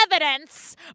evidence